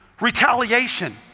retaliation